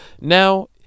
Now